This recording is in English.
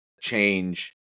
change